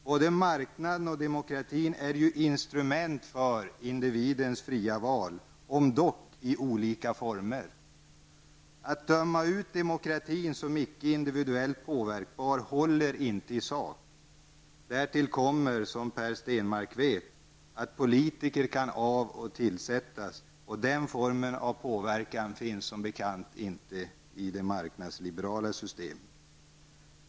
Både marknaden och demokratin är ju instrument för individens fria val -- om dock i olika former. Att döma ut demokratin som icke individuellt påverkbar håller inte i sak. Därtill kommer, som Per Stenmarck vet, att politiker kan av och tillsättas. Denna form av påverkan finns som bekant inte i det marknadsliberala systemet.